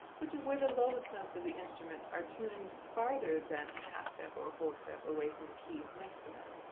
which is where the lowest notes of the instrument are tuned farther than a half-step or whole-step away from the keys next to them,